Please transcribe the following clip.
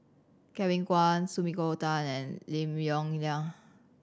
Kevin Kwan Sumiko Tan and Lim Yong Liang